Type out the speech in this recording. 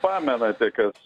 pamenate kas